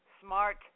Smart